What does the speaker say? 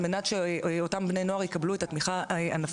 על מנת שאותם בני נוער יקבלו את התמיכה הנפשית,